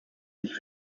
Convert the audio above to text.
sich